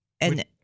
And-